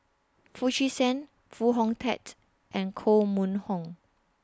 Foo Chee San Foo Hong Tatt and Koh Mun Hong